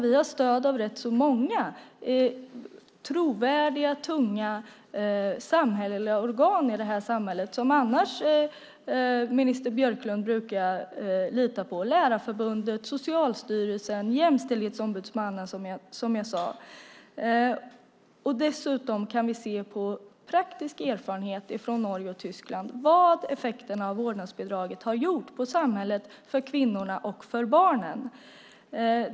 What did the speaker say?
Vi har stöd av rätt så många trovärdiga, tunga, samhälleliga organ i det här samhället som annars minister Björklund brukar lita på: Lärarförbundet, Socialstyrelsen, Jämställdhetsombudsmannen, som jag sade. Vi kan se på praktisk erfarenhet från Norge och Tyskland vilka effekterna av vårdnadsbidraget har blivit för samhället, för kvinnorna och för barnen.